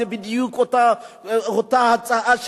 זה בדיוק אותה הצעה,